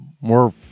more